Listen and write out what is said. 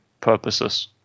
purposes